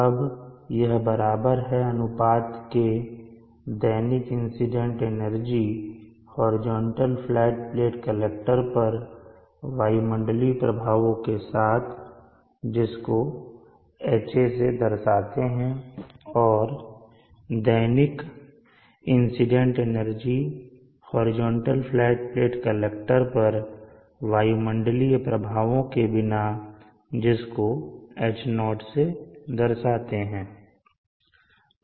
अब यह बराबर है अनुपात के दैनिक incident energy horizontal flat plate collector पर वायुमंडलीय प्रभावों के साथ जिसको Ha से दर्शाते हैं और दैनिक incident energy horizontal flat plate collector पर वायुमंडलीय प्रभावों के बिना जिसको H0 से दर्शाते हैं